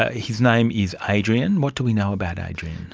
ah his name is adrian, what do we know about adrian?